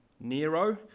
Nero